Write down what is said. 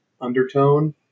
undertone